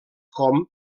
com